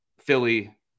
Philly